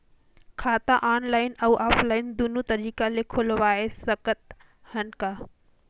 खाता ऑनलाइन अउ ऑफलाइन दुनो तरीका ले खोलवाय सकत हन का?